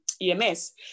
EMS